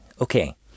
Okay